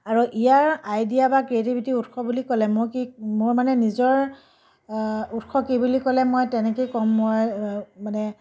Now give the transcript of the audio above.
আৰু ইয়াৰ আইডিয়া বা ক্ৰিয়েটিভিৰ উৎস বুলি ক'লে মোৰ কি মোৰ মানে নিজৰ উৎস কি বুলি ক'লে মই তেনেকেই ক'ম মই মানে